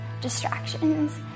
distractions